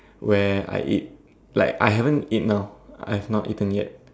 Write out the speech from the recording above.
where I eat like I haven't eat now I've not eaten yet